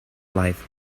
life